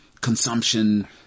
consumption